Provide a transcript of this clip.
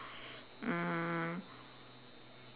mm